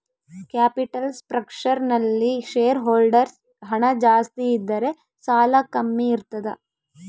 capital structure ನಲ್ಲಿ share holders ಹಣ ಜಾಸ್ತಿ ಇದ್ದರೆ ಸಾಲ ಕಮ್ಮಿ ಇರ್ತದ